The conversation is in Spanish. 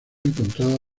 encontrada